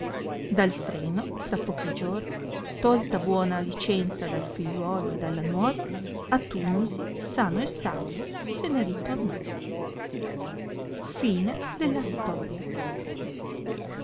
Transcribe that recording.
dalfreno fra pochi giorni tolta buona licenza dal figliuolo e dalla nuora a tunisi sano e salvo se ne ritornò